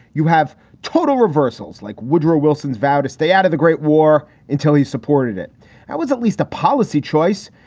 you have total reversals like woodrow wilson's vow to stay out of the great war until he supported it. i was at least a policy choice.